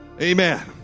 Amen